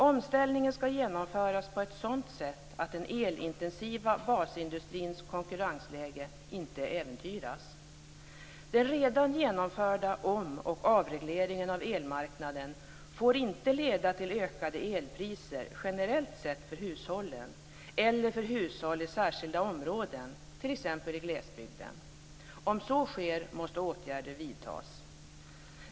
Omställningen ska genomföras på ett sådant sätt att den elintensiva basindustrins konkurrensläge inte äventyras. Den redan genomförda omoch avregleringen av elmarknaden får inte leda till ökade elpriser generellt sett för hushållen, eller för hushåll i särskilda områden, t ex i glesbygden. Om så sker måste åtgärder vidtas.